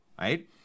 right